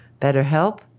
BetterHelp